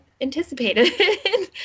anticipated